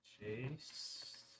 Chase